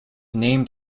named